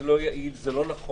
זה לא יעיל, זה לא נכון,